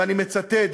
ואני מצטט,